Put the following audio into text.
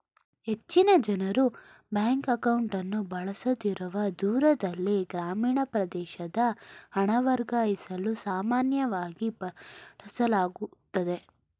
ಹೆಚ್ಚಿನ ಜನ್ರು ಬ್ಯಾಂಕ್ ಅಕೌಂಟ್ಅನ್ನು ಬಳಸದಿರುವ ದೂರದಲ್ಲಿ ಗ್ರಾಮೀಣ ಪ್ರದೇಶದ ಹಣ ವರ್ಗಾಯಿಸಲು ಸಾಮಾನ್ಯವಾಗಿ ಬಳಸಲಾಗುತ್ತೆ